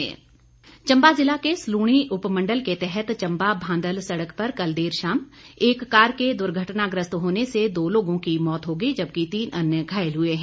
दुर्घटना चम्बा ज़िला के सलूणी उमण्डल के तहत चम्बा भांदल सड़क पर कल देर शाम एक कार के दुर्घटनाग्रस्त होने से दो लोगों की मौत हो गई जबकि तीन अन्य घायल हुए हैं